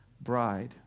bride